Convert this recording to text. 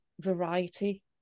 variety